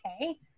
okay